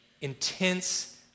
intense